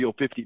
50